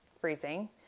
freezing